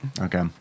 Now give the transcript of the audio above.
Okay